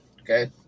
Okay